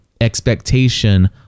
expectation